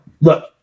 look